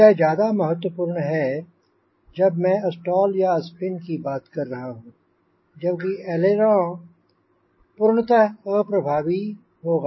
यह ज्यादा महत्वपूर्ण है जब मैं स्टॉल या स्पिन की बात कर रहा हूंँ जबकि ऐलेरों पूर्णत अप्रभावी होगा